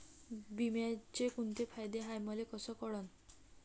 बिम्याचे कुंते फायदे हाय मले कस कळन?